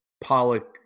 Pollock